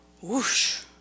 whoosh